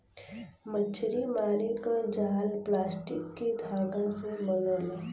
मछरी मारे क जाल प्लास्टिक के धागा से बनल रहेला